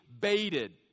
baited